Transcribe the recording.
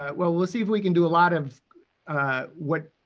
ah well, we'll see if we can do a lot of what,